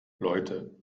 leute